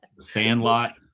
Sandlot